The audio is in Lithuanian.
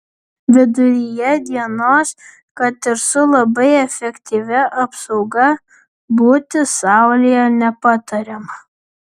viduryje dienos kad ir su labai efektyvia apsauga būti saulėje nepatariama